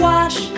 Wash